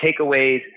takeaways